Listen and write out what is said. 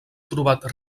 trobat